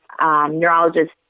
Neurologist